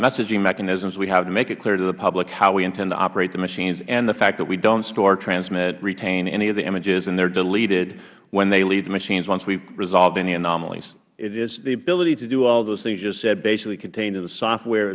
messaging mechanisms we have to make it clear to the public how we intend to operate the machines and the fact that we don't store transmit retain any of the images and they are deleted when they leave the machines once we have resolved any anomalies mister tierney is the ability to do all of those things you just said basically contained in the software